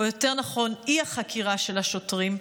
או יותר נכון האי-חקירה של השוטרים,